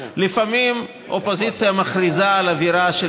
לפעמים האופוזיציה מכריזה על אווירה של